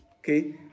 okay